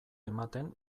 ematen